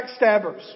backstabbers